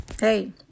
hey